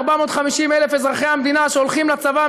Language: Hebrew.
450,000 אזרחי המדינה שהולכים לצבא,